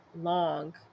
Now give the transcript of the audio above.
long